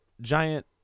giant